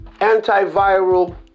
antiviral